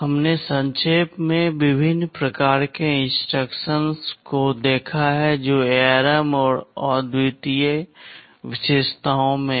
हमने संक्षेप में विभिन्न प्रकार के इंस्ट्रक्शंस को देखा है जो ARM और अद्वितीय विशेषताओं में हैं